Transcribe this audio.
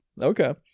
Okay